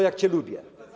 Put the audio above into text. Jak cię lubię.